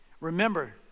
remember